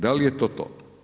Da li je to to?